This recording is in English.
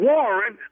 Warren